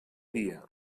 dia